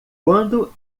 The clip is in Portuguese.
quando